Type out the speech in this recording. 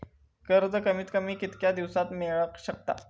कर्ज कमीत कमी कितक्या दिवसात मेलक शकता?